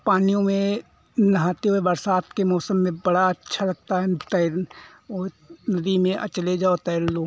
पानियों में नहाते हुए बरसात के मौसम में बड़ा अच्छा लगता है तैर और नदी में चले जाओ तैर लो